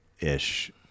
ish